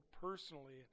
personally